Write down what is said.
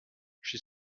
she